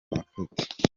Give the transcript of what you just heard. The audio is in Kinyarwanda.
market